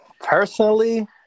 Personally